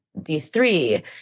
D3